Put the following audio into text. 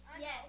Yes